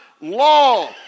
law